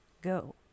go